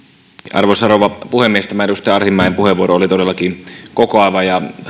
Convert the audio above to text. arvoisa rouva puhemies tämä edustaja arhinmäen puheenvuoro oli todellakin kokoava ja on